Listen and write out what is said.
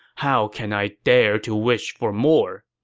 how can i dare to wish for more?